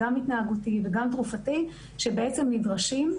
גם התנהגותי וגם תרופתי שבעצם נדרשים.